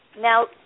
Now